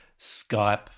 Skype